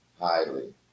Highly